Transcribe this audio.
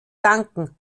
danken